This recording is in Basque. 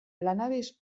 lanabes